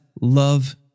love